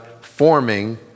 forming